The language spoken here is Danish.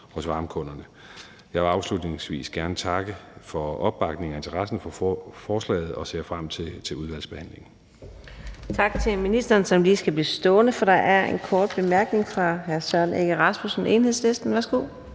hos varmekunderne. Jeg vil afslutningsvis gerne takke for opbakningen og interessen for forslaget, og jeg ser frem til udvalgsbehandlingen. Kl. 18:45 Fjerde næstformand (Karina Adsbøl): Tak til ministeren, som lige skal blive stående, for der er en kort bemærkning fra hr. Søren Egge Rasmussen, Enhedslisten. Værsgo